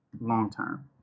long-term